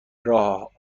راه